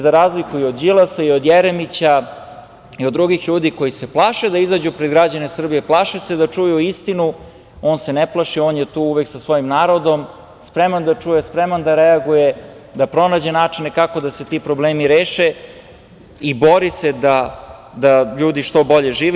Za razliku i od Đilasa i od Jeremića i od drugih ljudi koji se plaše da izađu pred građane Srbije, plaše se da čuju istinu, on se ne plaši, on je tu uvek sa svojim narodom, spreman da čuje, spreman da reaguje, da pronađe načine kako da se ti problemi reše i bori se da ljudi što bolje žive.